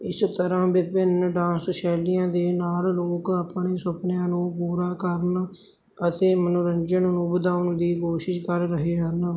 ਇਸ ਤਰ੍ਹਾਂ ਵਿਭਿੰਨ ਡਾਂਸ ਸ਼ੈਲੀਆਂ ਨਾਲ ਲੋਕ ਆਪਣੇ ਸੁਪਨਿਆਂ ਨੂੰ ਪੂਰਾ ਕਰਨ ਅਸੀਂ ਮਨੋਰੰਜਨ ਨੂੰ ਵਧਾਉਣ ਦੀ ਕੋਸ਼ਿਸ਼ ਕਰ ਰਹੇ ਹਨ